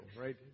right